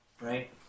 Right